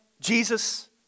Jesus